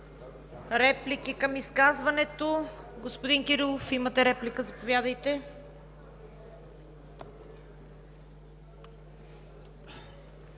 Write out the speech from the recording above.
реплики към изказването? Господин Кирилов, имате реплика – заповядайте.